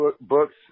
books